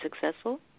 successful